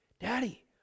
Daddy